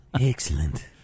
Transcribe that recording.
Excellent